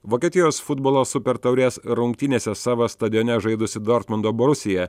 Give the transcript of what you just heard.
vokietijos futbolo super taurės rungtynėse savo stadione žaidusi dortmundo borusija